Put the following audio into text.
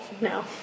No